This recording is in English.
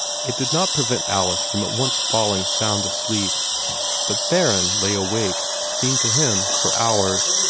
it did not prevent alice from at once falling sound asleep but theron lay awake, it seemed to him, for hours,